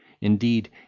Indeed